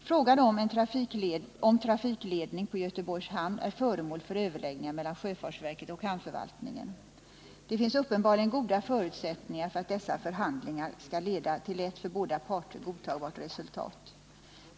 Frågan om lotsning och trafikledning på Göteborgs hamn är föremål för överläggningar mellan sjöfartsverket och hamnförvaltningen. Det finns uppenbarligen goda förutsättningar för att dessa förhandlingar skall leda till ett för båda parter godtagbart resultat.